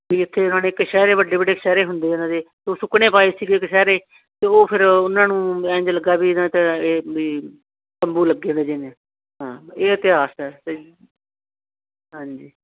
ਇੱਥੇ ਉਹਨਾਂ ਨੇ ਕਛਹਿਰੇ ਵੱਡੇ ਵੱਡੇ ਕਛਹਿਰੇ ਹੁੰਦੇ ਇਹਨਾਂ ਦੇ ਉਹ ਸੁੱਕਣੇ ਪਾਏ ਸੀਗੇ ਕਛਹਿਰੇ ਅਤੇ ਉਹ ਫਿਰ ਉਹਨਾਂ ਨੂੰ ਇੰਝ ਲੱਗਾ ਵੀ ਇਹਨਾਂ ਨੇ ਤਾਂ ਇਹ ਬੀ ਤੰਬੂ ਲੱਗੇ ਹੋਏ ਜਿਵੇਂ ਹਾਂ ਇਹ ਇਤਿਹਾਸ ਹੈ ਹਾਂਜੀ